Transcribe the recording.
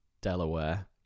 Delaware